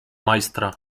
majstra